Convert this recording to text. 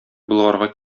болгарга